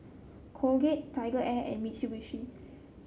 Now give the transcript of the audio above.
Colgate TigerAir and Mitsubishi